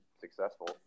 successful